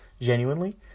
genuinely